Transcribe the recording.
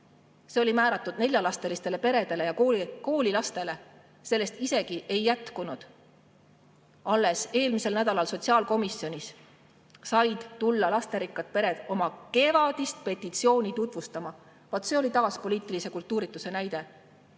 See oli määratud neljalapselistele peredele, koolilastele. Sellest isegi ei jätkunud. Alles eelmisel nädalal said lasterikkad pered tulla sotsiaalkomisjoni oma kevadist petitsiooni tutvustama. Vaat see oli taas poliitilise kultuurituse näide!